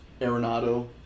Arenado